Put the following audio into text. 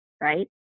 right